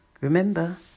Remember